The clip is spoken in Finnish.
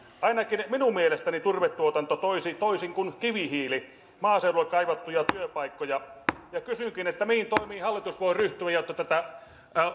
ainakin minun mielestäni turvetuotanto toisi toisin kuin kivihiili maaseudulle kaivattuja työpaikkoja ja kysynkin mihin toimiin hallitus voi ryhtyä jotta tätä